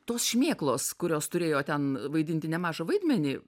tos šmėklos kurios turėjo ten vaidinti nemažą vaidmenį